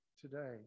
today